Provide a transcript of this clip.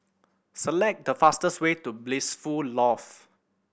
select the fastest way to Blissful Loft